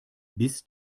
bis